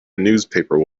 newspaper